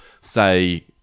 say